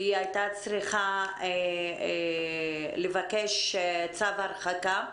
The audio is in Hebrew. והיא הייתה צריכה לבקש צו הרחקה.